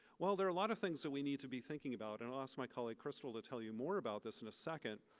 well, there are a lot of things that we need to be thinking about and i'll ask my colleague crystal to tell you more about this in a second.